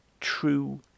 true